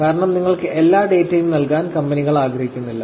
കാരണം നിങ്ങൾക്ക് എല്ലാ ഡാറ്റയും നൽകാൻ കമ്പനികൾ ആഗ്രഹിക്കുന്നില്ല